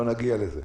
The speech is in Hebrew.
לא נגיע לזה.